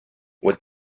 what